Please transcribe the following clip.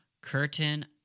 curtain